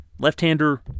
Left-hander